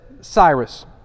Cyrus